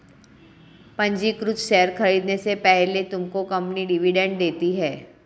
पंजीकृत शेयर खरीदने से पहले तुमको कंपनी डिविडेंड देती है